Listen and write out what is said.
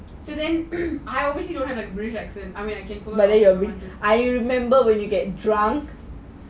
so then I obviously don't have a british accent